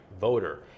voter